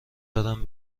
دارم